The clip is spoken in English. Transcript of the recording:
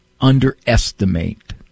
underestimate